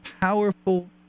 powerful